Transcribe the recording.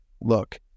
look